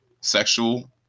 sexual